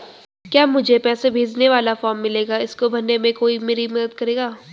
क्या मुझे पैसे भेजने वाला फॉर्म मिलेगा इसको भरने में कोई मेरी मदद करेगा?